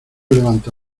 levanta